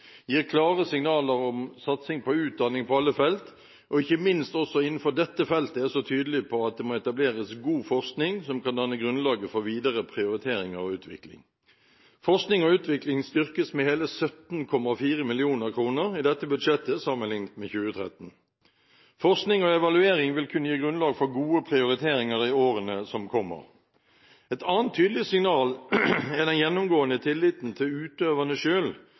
gir klare signaler om satsing på utdanning på alle felt, og ikke minst at den også innenfor dette feltet er så tydelig på at det må etableres god forskning som kan danne grunnlaget for videre prioriteringer og utvikling. Forskning og utvikling styrkes med hele 17,4 mill. kr i dette budsjettet sammenlignet med 2013. Forskning og evaluering vil kunne gi grunnlag for gode prioriteringer i årene som kommer. Et annet tydelig signal er den gjennomgående tilliten til